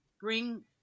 bring